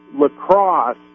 lacrosse